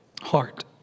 heart